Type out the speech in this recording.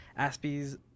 Aspie's